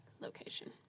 location